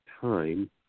time